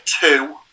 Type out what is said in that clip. two